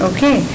Okay